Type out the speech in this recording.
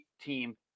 team